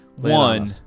One